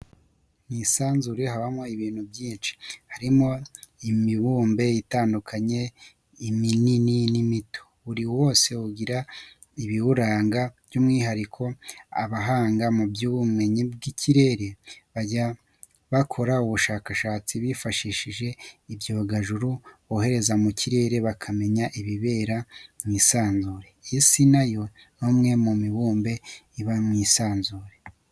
Mu isanzure habamo ibintu byinshi harimo imibumbe itandukanye iminini n'imito, buri wose ugira ibiwuranga by'umwihariko abahanga mu by'ubumenyi bw'ikirere, bajya abakora ubushakashatsi bifashishije ibyogajuru, bohereza mu kirere bakamenya ibibera mu isanzure, Isi na yo ni umwe mu mibumbe iba mu isanzure.